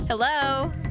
Hello